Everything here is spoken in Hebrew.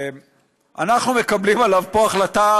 ואנחנו מקבלים עליו פה החלטה,